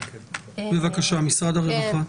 בבקשה, משרד הרווחה.